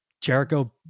Jericho